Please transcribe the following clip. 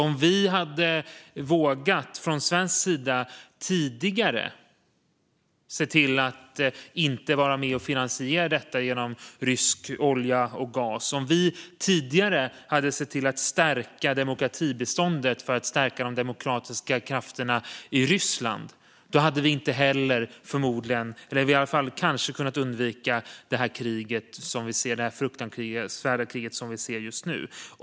Om vi från svensk sida tidigare hade vågat att inte vara med och finansiera detta genom rysk olja och gas och om vi tidigare hade sett till att stärka demokratibiståndet för att stärka de demokratiska krafterna i Ryssland - då hade vi kanske kunnat undvika det fruktansvärda krig som vi ser just nu.